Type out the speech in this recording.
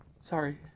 Sorry